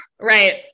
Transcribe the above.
Right